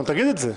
תגיד את זה.